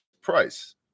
price